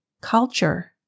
Culture